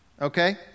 okay